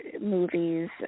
movies